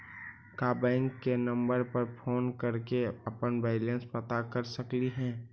का बैंक के नंबर पर फोन कर के अपन बैलेंस पता कर सकली हे?